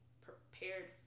prepared